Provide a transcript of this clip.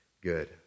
good